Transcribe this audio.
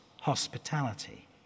hospitality